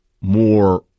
more